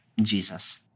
Jesus